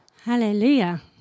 Hallelujah